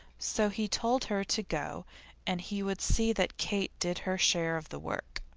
so he told her to go and he would see that kate did her share of the work.